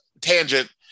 tangent